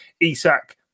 Isak